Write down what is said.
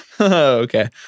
Okay